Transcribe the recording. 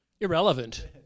Irrelevant